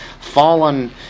fallen